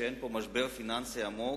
כאילו אין פה משבר פיננסי עמוק,